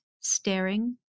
staring